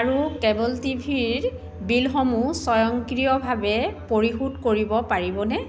আৰু cable T ভিৰ বিলসমূহ স্বয়ংক্ৰিয়ভাৱে পৰিশোধ কৰিব পাৰিবনে